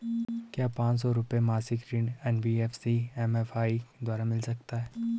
क्या पांच सौ रुपए मासिक ऋण एन.बी.एफ.सी एम.एफ.आई द्वारा मिल सकता है?